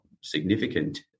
significant